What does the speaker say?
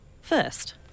First